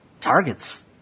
targets